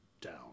down